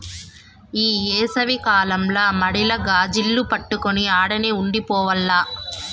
ఈ ఏసవి కాలంల మడిల గాజిల్లు కట్టుకొని ఆడనే ఉండి పోవాల్ల